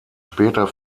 später